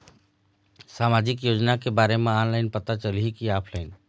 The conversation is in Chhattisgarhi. सामाजिक योजना के बारे मा ऑनलाइन पता चलही की ऑफलाइन?